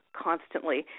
constantly